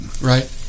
Right